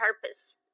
purpose